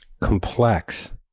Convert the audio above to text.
complex